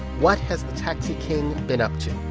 what has the taxi king been up to?